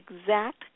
exact